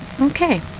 Okay